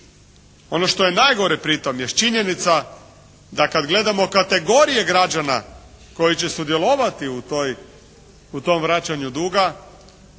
Ono što je najgore pritom jest činjenica da kad gledamo kategorije građana koji će sudjelovati u toj, u tom vraćanju duga,